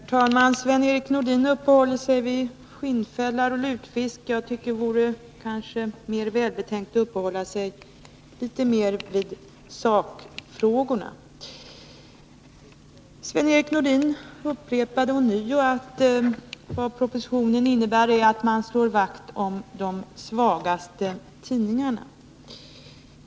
Herr talman! Sven-Erik Nordin uppehåller sig vid skinnfällar och lutfisk. Det vore kanske mer välbetänkt att uppehålla sig vid sakfrågorna. Han upprepade ånyo att propositionen innebär att man slår vakt om de svagaste tidningarna.